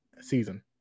season